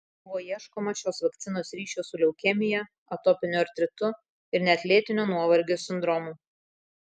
buvo ieškoma šios vakcinos ryšio su leukemija atopiniu artritu ir net lėtinio nuovargio sindromu